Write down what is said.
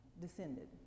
descended